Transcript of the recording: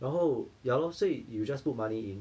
然后 ya lor 所以 you just put money in